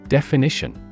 Definition